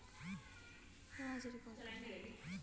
उपकरण अबहिन गांव के लोग के लगे नाहि आईल हौ